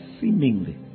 seemingly